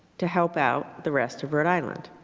to help out the rest of rhode island.